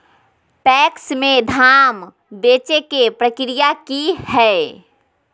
PACS में धाम बेचे के प्रक्रिया की हय?